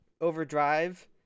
Overdrive